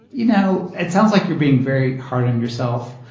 you know, it sounds like you're being very hard on yourself.